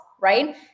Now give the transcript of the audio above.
right